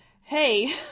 hey